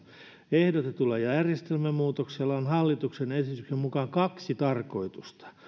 ehdotetulla järjestelmämuutoksella on hallituksen esityksen mukaan kaksi tarkoitusta